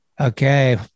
okay